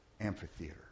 amphitheater